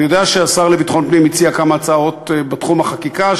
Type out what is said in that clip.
אני יודע שהשר לביטחון פנים הציע כמה הצעות בתחום החקיקה,